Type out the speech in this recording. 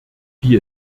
wie